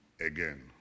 again